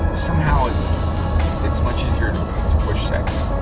somehow it's it's much easier to push sex,